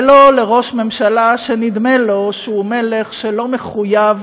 ולא לראש ממשלה שנדמה לו שהוא מלך שלא מחויב